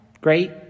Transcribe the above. great